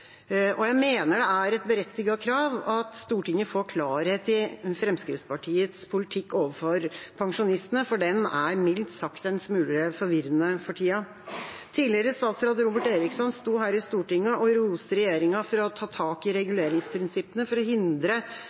Jeg mener det er et berettiget krav at Stortinget får klarhet i Fremskrittspartiets politikk overfor pensjonistene, for den er mildt sagt en smule forvirrende for tida. Tidligere statsråd Robert Eriksson sto her i Stortinget og roste regjeringa for å ha tatt tak i reguleringsprinsippene for å hindre